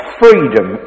freedom